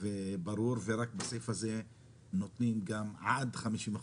וברור ורק בסעיף הזה נותנים גם עד 50 אחוז?